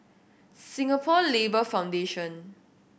Singapore Labour Foundation